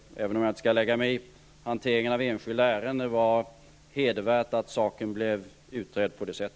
Även om jag inte skall lägga mig i hanteringen av enskilda ärenden, vill jag säga att jag tycker att det var hedervärt att saken blev utredd på detta sätt.